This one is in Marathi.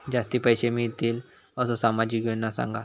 जास्ती पैशे मिळतील असो सामाजिक योजना सांगा?